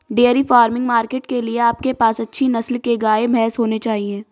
dairy farming market के लिए आपके पास अच्छी नस्ल के गाय, भैंस होने चाहिए